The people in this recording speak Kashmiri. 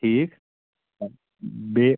ٹھیٖک بیٚیہِ